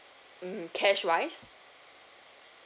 hmm cares wise